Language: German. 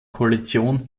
koalition